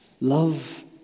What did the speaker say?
Love